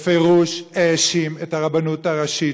בפירוש האשים את הרבנות הראשית,